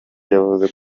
yavuze